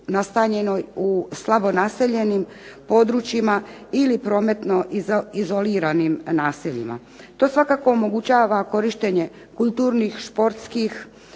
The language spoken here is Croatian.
nastanjenoj u slabo naseljenim područjima ili prometno izoliranim naseljima. To svakako omogućava korištenje kulturnih, športskih,